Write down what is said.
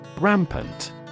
Rampant